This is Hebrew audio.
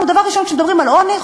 דבר ראשון כשמדברים על עוני,